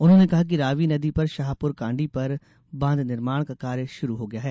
उन्होंने कहा कि रावी नदी पर शाहपुर कांडी पर बांध निर्माण का कार्य शुरू हो गया है